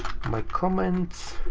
my comments,